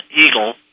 eagle